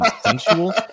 sensual